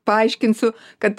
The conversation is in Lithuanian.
paaiškinsiu kad